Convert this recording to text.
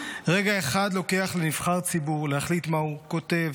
רגע אחד לוקח לנבחר ציבור להחליט מה הוא כותב,